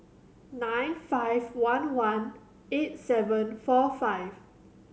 nine five one one eight seven four five